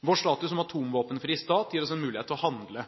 Vår status som atomvåpenfri stat gir oss en mulighet til å handle,